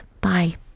Bye